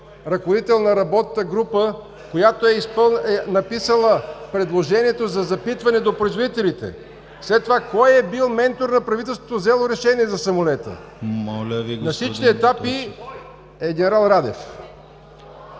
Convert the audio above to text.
ръководител на работната група, която е написала предложението за запитване до производителите. След това кой е бил ментор на правителството, взело решение за самолета. ПРЕДСЕДАТЕЛ ДИМИТЪР